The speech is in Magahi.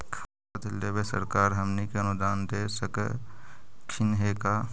खाद लेबे सरकार हमनी के अनुदान दे सकखिन हे का?